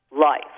life